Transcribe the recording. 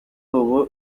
ubu